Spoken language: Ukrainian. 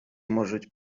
можуть